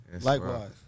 Likewise